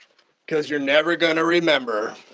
cause you're never gonna remember.